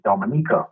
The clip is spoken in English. Dominica